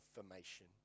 information